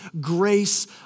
grace